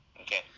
Okay